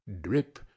drip